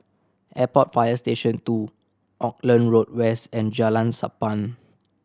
Airport Fire Station Two Auckland Road West and Jalan Sappan